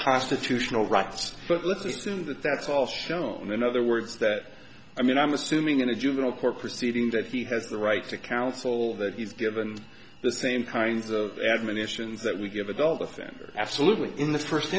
constitutional rights but let's assume that that's all shown in other words that i mean i'm assuming in a juvenile court proceeding that he has the right to counsel that he's given the same kinds of admonitions that we give adult offenders absolutely in the first